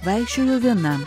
vaikščioju vienam